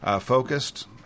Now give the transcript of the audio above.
focused